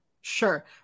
Sure